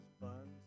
buns